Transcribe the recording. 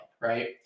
right